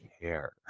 care